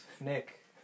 Nick